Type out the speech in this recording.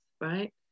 Right